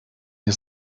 nie